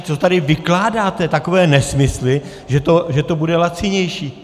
Co tady vykládáte takové nesmysly, že to bude lacinější?